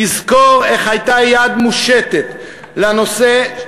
תזכור איך הייתה יד מושטת לאזרח,